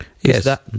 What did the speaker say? Yes